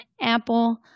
Apple